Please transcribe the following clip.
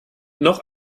noch